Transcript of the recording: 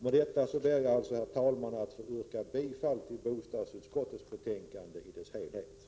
Med detta, herr talman, ber jag att få yrka bifall till bostadsutskottets hemställan.